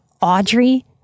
Audrey